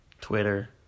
Twitter